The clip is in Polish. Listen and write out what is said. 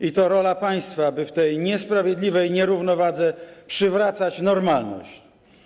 I to rola państwa, by w tej niesprawiedliwej nierównowadze przywracać normalność.